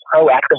proactive